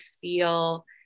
feel